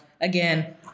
again